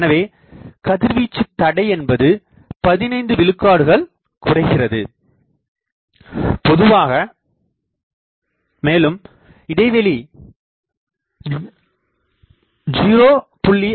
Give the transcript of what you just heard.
எனவே கதிர்வீச்சு தடையென்பது 15 விழுக்காடுகள் குறைகிறது மேலும் இடைவெளி 0